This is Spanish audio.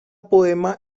poema